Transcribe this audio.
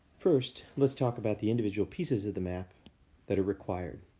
first let's talk about the individual pieces of the map that are required.